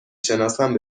شناسم